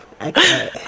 Okay